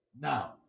Now